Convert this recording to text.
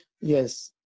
yes